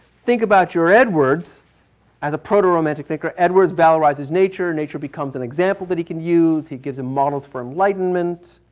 think about your edwards as a proto-romantic thinker. edwards bell rises nature, nature becomes an example that he can use. he gives his models for enlightenment.